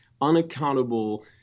unaccountable